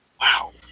wow